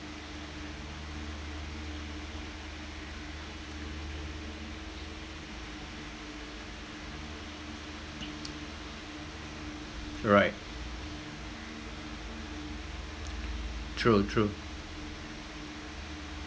right true true